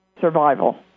survival